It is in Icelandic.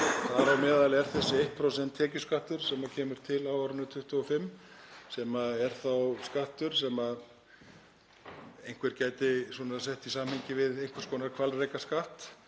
Þar á meðal er þessi 1% tekjuskattur sem kemur til á árinu 2025, sem er þá skattur sem einhver gæti sett í samhengi við einhvers konar hvalrekaskatt